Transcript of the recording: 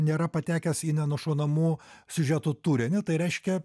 nėra patekęs į nenušaunamų siužeto turinį tai reiškia